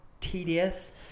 tedious